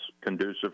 conducive